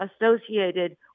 associated